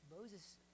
Moses